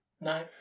No